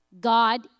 God